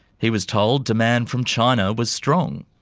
he was told demand from china was strong.